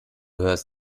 hörst